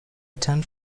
turned